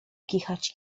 kichać